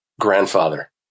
grandfather